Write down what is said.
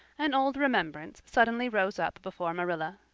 an old remembrance suddenly rose up before marilla.